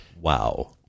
Wow